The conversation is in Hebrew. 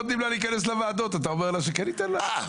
נותנים לה להיכנס לוועדות אתה אומר לה שכן ניתן לה?